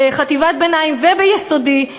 בחטיבת ביניים וביסודי,